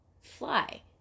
fly